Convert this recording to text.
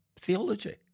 theology